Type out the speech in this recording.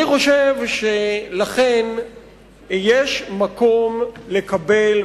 אני חושב שלכן יש מקום לקבל,